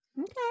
Okay